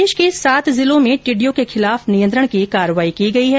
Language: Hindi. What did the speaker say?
प्रदेश के सात जिलों में टिड्डियों के खिलाफ नियंत्रण की कार्यवाही की गई है